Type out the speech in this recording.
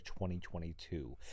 2022